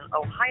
Ohio